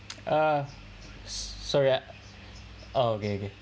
uh sorry I oh okay okay